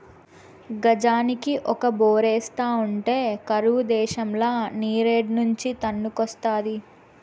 గజానికి ఒక బోరేస్తా ఉంటే కరువు దేశంల నీరేడ్నుంచి తన్నుకొస్తాది